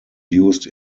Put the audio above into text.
used